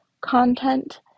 content